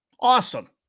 Awesome